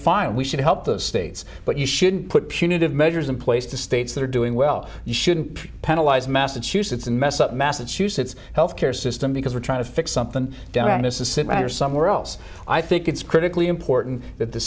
fine we should help those states but you shouldn't put punitive measures in place to states that are doing well you shouldn't penalize massachusetts and mess up massachusetts health care system because we're trying to fix something down to sit here somewhere else i think it's critically important that the